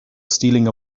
stealing